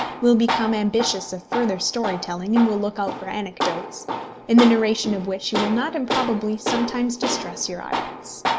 will become ambitious of further story-telling, and will look out for anecdotes in the narration of which you will not improbably sometimes distress your audience.